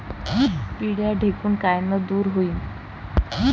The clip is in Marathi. पिढ्या ढेकूण कायनं दूर होईन?